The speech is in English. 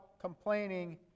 complaining